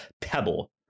Pebble